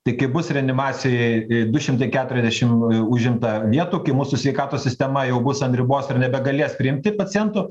tai kai bus reanimacijoj du šimtai keturiasdešim užimta vietų kai mūsų sveikatos sistema jau bus ant ribos ir nebegalės priimti pacientų